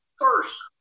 first